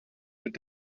mit